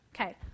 Okay